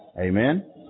Amen